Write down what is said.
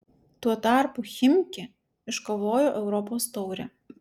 tuo tarpu chimki iškovojo europos taurę